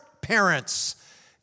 parents